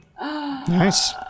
Nice